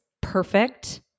perfect